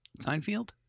Seinfeld